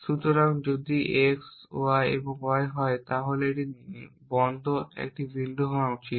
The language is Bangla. সুতরাং যদি x y এবং y হয় তাহলে এটি বন্ধ একটি বিন্দু হওয়া উচিত